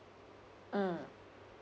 mm